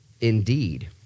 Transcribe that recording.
indeed